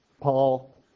Paul